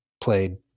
played